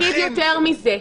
אדוני, אני גם אגיד יותר מזה.